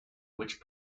which